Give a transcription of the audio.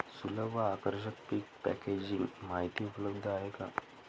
सुलभ व आकर्षक पीक पॅकेजिंग माहिती उपलब्ध आहे का?